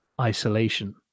isolation